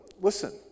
listen